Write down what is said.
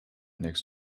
next